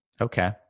Okay